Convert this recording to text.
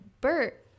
Bert